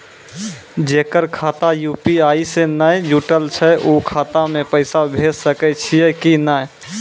जेकर खाता यु.पी.आई से नैय जुटल छै उ खाता मे पैसा भेज सकै छियै कि नै?